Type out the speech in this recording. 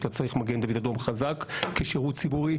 אתה צריך מגן דוד אדום חזק כשירות ציבורי,